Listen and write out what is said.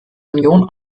union